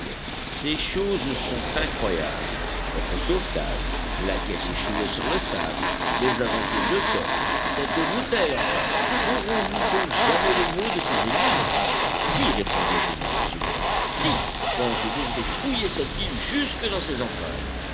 ces choses sont incroyables votre sauvetage la caisse échouée sur le sable les aventures de top cette bouteille enfin n'aurons-nous donc jamais le mot de ces énigmes si répondit vivement l'ingénieur si quand je devrais fouiller cette île jusque dans ses entrailles